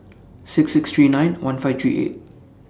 six six three nine one five three eight